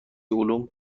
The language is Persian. علوم